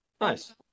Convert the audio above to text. Nice